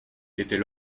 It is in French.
était